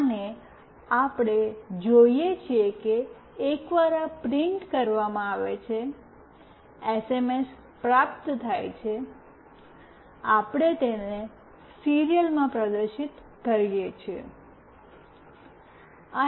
અને આપણે જોઈએ છીએ કે એકવાર આ પ્રિન્ટ કરવામાં આવે છે એસએમએસ પ્રાપ્ત થાય છે આપણે તેને સીરીયલમાં પ્રદર્શિત કરીએ છીએ